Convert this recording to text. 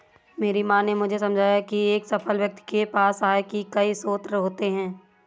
मेरी माँ ने मुझे समझाया की एक सफल व्यक्ति के पास आय के कई स्रोत होते हैं